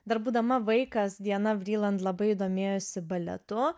dar būdama vaikas diana vriland labai domėjosi baletu